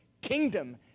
kingdom